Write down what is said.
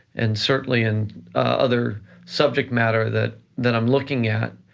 and certainly in other subject matter that that i'm looking at,